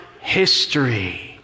history